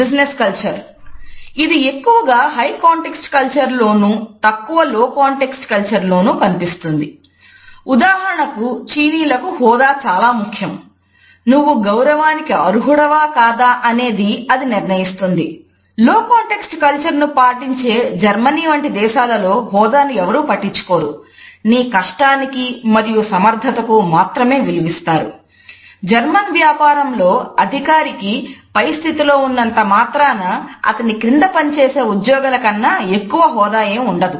business culture అధికారికి పై స్థితిలో ఉన్నంత మాత్రాన అతని క్రింద పనిచేసే ఉద్యోగుల కన్నా ఎక్కువ హోదా ఉండదు